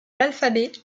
l’alphabet